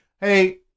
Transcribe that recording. hey